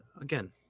again